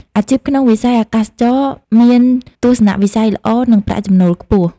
អាជីពក្នុងវិស័យអាកាសចរណ៍មានទស្សនវិស័យល្អនិងប្រាក់ចំណូលខ្ពស់។